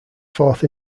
fourth